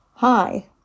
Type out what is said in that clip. Hi